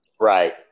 Right